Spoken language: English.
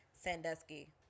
Sandusky